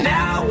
Now